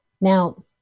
Now